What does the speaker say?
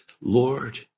Lord